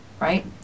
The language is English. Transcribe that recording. right